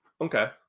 Okay